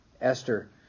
Esther